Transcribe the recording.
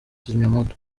kizimyamwoto